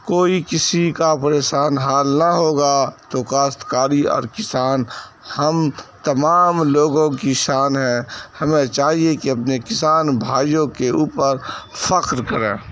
کوئی کسی کا پرسان حال نہ ہوگا تو کاشت کاری اور کسان ہم تمام لوگوں کی شان ہے ہمیں چاہیے کہ اپنے کسان بھائیوں کے اوپر فخر کریں